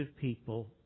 people